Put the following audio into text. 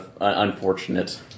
unfortunate